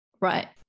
right